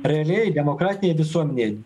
realiai demokratinėje visuomenėje